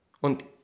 Und